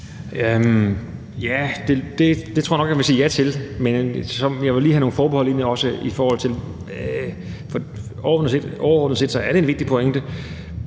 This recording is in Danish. det tror jeg nok jeg vil sige ja til, men jeg må også lige have nogle forbehold ind. Overordnet set er det en vigtig pointe,